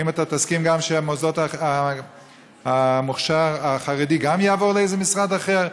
האם אתה תסכים שהמוסדות המוכש"ר החרדיים גם יעברו לאיזה משרד אחר?